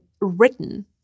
written